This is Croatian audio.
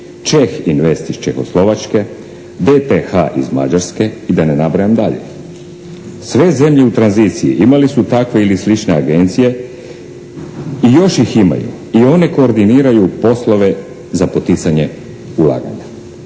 "Čeh Invest" iz Čehoslovačke, "DTH" iz Mađarske i da ne nabrajam dalje. Sve zemlje u tranziciji imali su takve ili slične agencije i još ih imaju i one koordiniraju poslove za poticanje ulaganja.